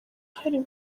hari